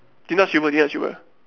Din-Tat silver already get silver